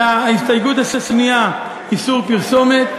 וההסתייגות השנייה, איסור פרסומת.